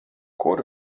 kur